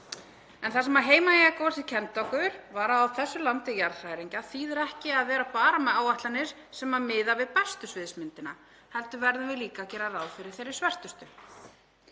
en það sem Heimaeyjargosið kenndi okkur var að á þessu landi jarðhræringa þýðir ekki að vera bara með áætlanir sem miða við bestu sviðsmyndina heldur verðum við líka að gera ráð fyrir þeirri svörtustu.